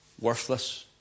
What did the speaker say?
worthless